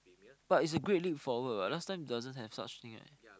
but it's a great leap forward what last time doesn't have such things right